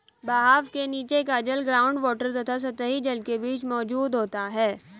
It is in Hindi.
बहाव के नीचे का जल ग्राउंड वॉटर तथा सतही जल के बीच मौजूद होता है